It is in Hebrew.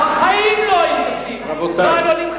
בחיים לא היו כותבים.